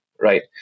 right